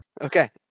Okay